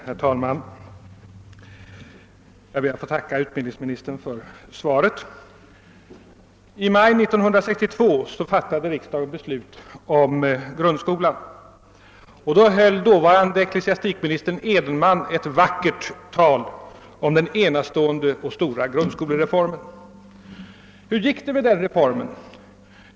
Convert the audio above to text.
Herr talman! Jag ber att få tacka utbildningsministern för svaret. I maj 1962 fattade riksdagen beslut om grundskolan, och då höll dåvarande ecklesiastikministern Edenman ett vackert tal om den enastående och stora grundskolereformen. Hur gick det med den reformen?